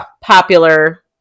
popular